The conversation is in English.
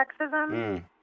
sexism